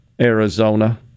Arizona